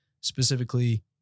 specifically